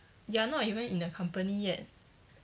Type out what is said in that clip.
you are not even in the company yet